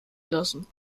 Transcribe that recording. lassen